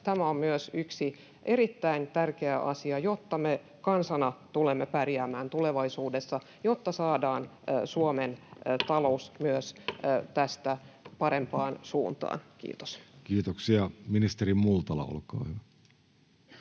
tämä on myös yksi erittäin tärkeä asia, jotta me kansana tulemme pärjäämään tulevaisuudessa, jotta saadaan myös Suomen talous tästä parempaan suuntaan. — Kiitos. [Speech 88] Speaker: